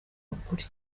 ukuri